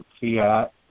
Fiat